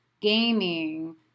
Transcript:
gaming